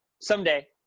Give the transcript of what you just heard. someday –